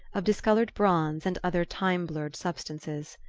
of discoloured bronze and other time-blurred substances.